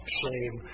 shame